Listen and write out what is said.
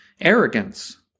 arrogance